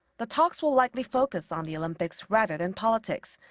the talks will likely focus on the olympics rather than politics.